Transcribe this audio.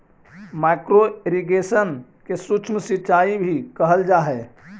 micro irrigation के सूक्ष्म सिंचाई भी कहल जा हइ